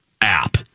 app